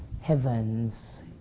heavens